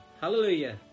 Hallelujah